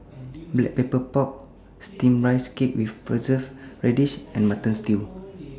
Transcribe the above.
Black Pepper Pork Steamed Rice Cake with Preserved Radish and Mutton Stew